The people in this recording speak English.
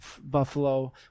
buffalo